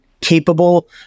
capable